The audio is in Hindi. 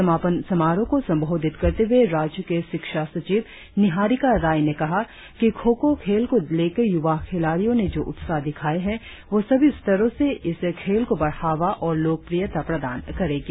समापन समारोह को संबोधित करते हुए राज्य के शिक्षा सचिव निहारिका राय ने कहा कि खो खो खेल को लेकर युवा खिलाड़ियों ने जो उत्साह दिखाई है वह सभी स्तरों से इस खेल को बढ़ावा और लोकप्रियता प्रदान करेगी